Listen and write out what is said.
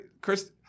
Chris